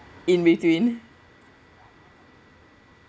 in between